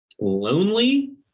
lonely